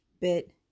Bit